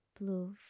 blue